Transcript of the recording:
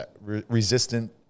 resistant